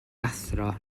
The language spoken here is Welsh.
athro